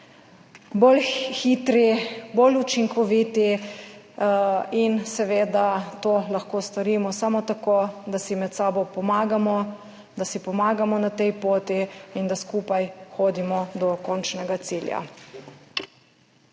hitrejši, učinkovitejši. To lahko storimo samo tako, da si med sabo pomagamo, da si pomagamo na tej poti in da skupaj hodimo do končnega cilja.